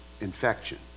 infection